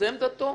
זו עמדתו.